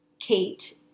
kate